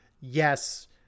yes